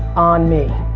on me.